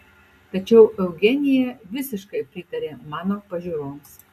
tačiau eugenija visiškai pritarė mano pažiūroms